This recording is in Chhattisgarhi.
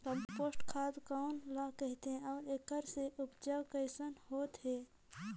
कम्पोस्ट खाद कौन ल कहिथे अउ एखर से उपजाऊ कैसन होत हे?